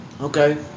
Okay